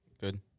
Good